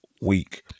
week